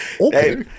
okay